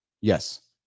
Yes